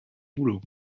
boulot